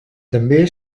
també